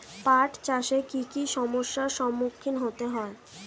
পাঠ চাষে কী কী সমস্যার সম্মুখীন হতে হয়?